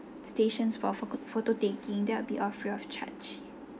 stations for photo photo taking that will be all free of charge